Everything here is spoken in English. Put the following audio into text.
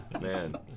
man